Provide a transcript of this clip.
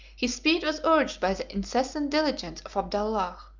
his speed was urged by the incessant diligence of abdallah,